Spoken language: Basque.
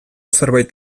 zerbait